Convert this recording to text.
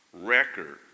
record